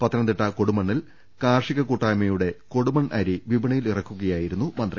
പത്തനംതിട്ട കൊടുമണ്ണിൽ കാർഷിക കൂട്ടായ്മയുടെ കൊടുമൺ അരി വിപണിയിലിറക്കുകയായിരുന്നു മന്ത്രി